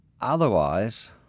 otherwise